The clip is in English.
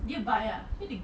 dia bi lah dia